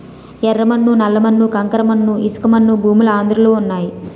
యెర్ర మన్ను నల్ల మన్ను కంకర మన్ను ఇసకమన్ను భూములు ఆంధ్రలో వున్నయి